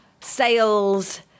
sales